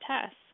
tests